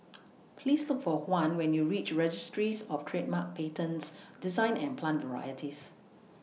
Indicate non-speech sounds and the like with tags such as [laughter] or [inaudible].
[noise] Please Look For Juan when YOU REACH Registries of Trademarks Patents Designs and Plant Varieties